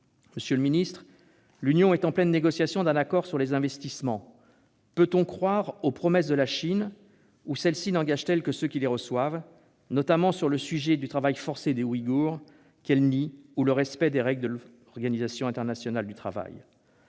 Monsieur le secrétaire d'État, l'Union est en pleine négociation d'un accord sur les investissements. Peut-on croire aux promesses de la Chine, ou celles-ci n'engagent-elles que ceux qui les reçoivent, notamment sur le sujet du travail forcé des Ouïghours, qu'elle nie, ou le respect des règles de l'Organisation internationale du travail